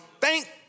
Thank